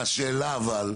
השאלה אבל,